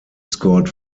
scored